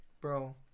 bro